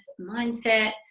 mindset